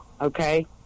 okay